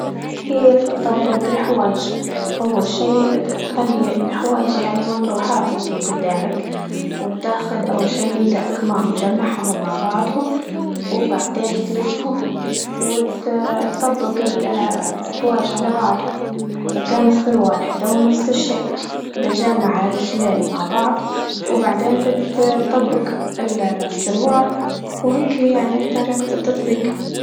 كبف تطبق الحوايج؟ أول شي ت- تخلي الحوايج يعني مطروحات هيكي قدامك وتاخذ أول شي الأكمام تجمعهم مع بعضهم، وبعدين تلفهم وت- تطبق ال- الحوايج على بعض وكان السروال حتى هو نفس الشي بتجمع رجلينه مع بعض وبعدين بت- بتطبق السروال وهيكي يعني طريقة التطبيق.